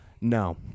No